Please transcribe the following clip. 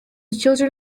children